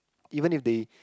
even if they